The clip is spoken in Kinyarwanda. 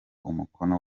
umukono